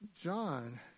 john